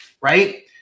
right